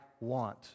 want